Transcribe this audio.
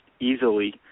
easily